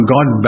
God